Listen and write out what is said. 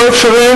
לא אפשריים,